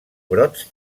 brots